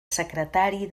secretari